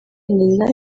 nyina